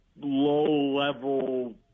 low-level